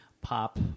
pop